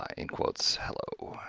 um in quotes hello,